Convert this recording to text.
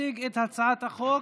תציג את הצעת החוק